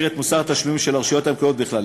את מוסר התשלומים של הרשויות המקומיות בכלל.